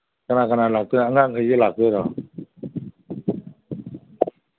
ꯀꯅꯥ ꯀꯅꯥ ꯂꯥꯛꯇꯣꯏꯅꯣ ꯑꯉꯥꯡꯒꯩꯒ ꯂꯥꯛꯇꯣꯏꯔꯣ